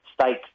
state